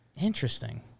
Interesting